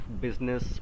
business